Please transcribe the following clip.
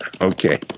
Okay